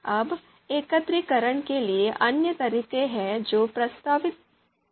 अब एकत्रीकरण के लिए अन्य तरीके हैं जो प्रस्तावित किए गए हैं